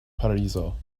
parizo